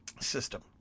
system